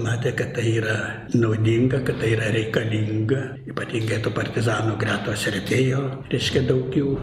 matė kad tai yra naudinga kad tai yra reikalinga ypatingai tų partizanų gretos retėjo reiškia daug jų